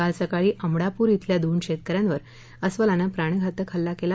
काल सकाळी अमडापूर इथल्या दोन शेतकऱ्यांवर अस्वलाने प्राणघातक हल्ला केला